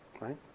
right